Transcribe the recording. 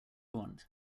want